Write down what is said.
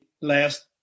last